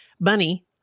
Bunny